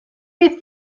you